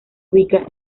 ubica